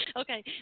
okay